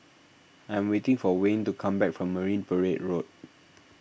I'm waiting for Wayne to come back from Marine Parade Road